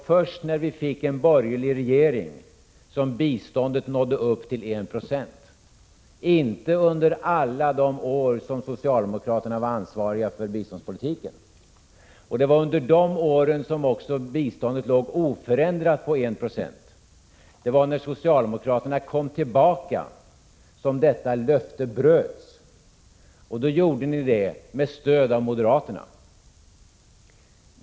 Först när vi fick en borgerlig regering nådde biståndet enprocentsgränsen. Detta hände aldrig under de år då socialdemokraterna var ansvariga för biståndspolitiken. Under de borgerliga åren uppgick också biståndet oförändrat till I 20. Men när socialdemokraterna kom tillbaka bröts enprocentslöftet, och det gjordes med stöd av moderaterna.